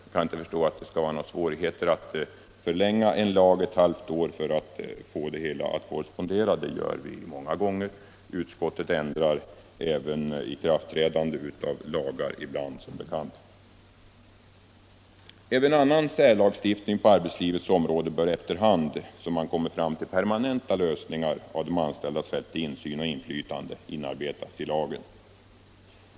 Jag kan inte förstå att det skall medföra några svårigheter att förlänga en lags giltighetstid ett halvt år för att få det hela att korrespondera. Det gör vi många gånger. Utskottet ändrar som bekant ibland tidpunkten för ikraftträdandet av en lag. Även annan särlagstiftning på arbetslivets område bör, efter hand som man kommer fram till permanenta lösningar av de anställdas rätt till insyn och inflytande, inarbetas i aktiebolagslagen.